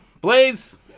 Blaze